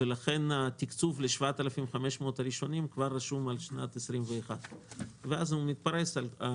לכן התקצוב ל-7,500 הראשונים כבר רשום על שנת 21. 7,500?